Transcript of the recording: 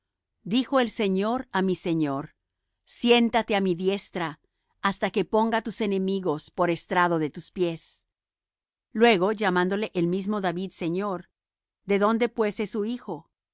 dijo el señor á mi señor siéntate á mi diestra hasta que ponga tus enemigos por estrado de tus pies luego llamándole el mismo david señor de dónde pues es su hijo